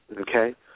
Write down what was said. okay